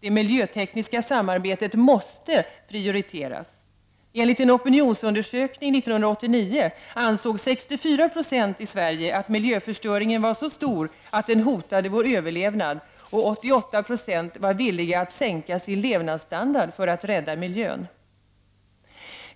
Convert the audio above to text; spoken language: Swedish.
Det miljötekniska samarbetet måste prioriteras. Enligt en opinionsundersökning 1989 ansåg 64 Jo i Sverige att miljöförstöringen var så stor att den hotade vår överlevnad och 88 26 var villiga att sänka sin levnadsstandard för att rädda miljön.